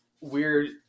weird